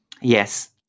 Yes